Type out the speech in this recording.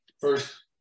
first